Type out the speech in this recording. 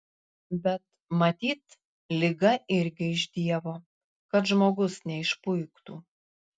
bet matyt liga irgi iš dievo kad žmogus neišpuiktų